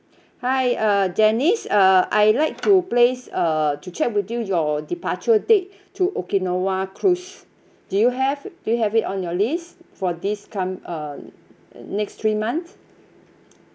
hi uh janice uh I like to place uh to check with you your departure date to okinawa cruise do you have do you have it on your list for this com~ um next three months